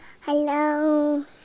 Hello